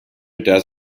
does